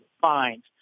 fines